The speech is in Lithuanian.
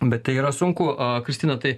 bet tai yra sunku kristina tai